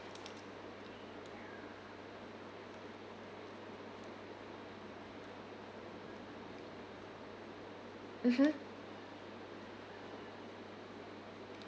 mmhmm